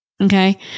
okay